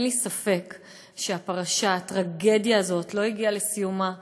אין לי ספק שהפרשה, הטרגדיה הזאת לא הגיעה לסיומה,